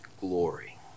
glory